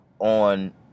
on